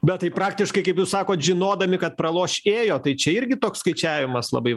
bet tai praktiškai kaip jūs sakot žinodami kad praloš ėjo tai čia irgi toks skaičiavimas labai